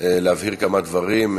מבקש להבהיר כמה דברים.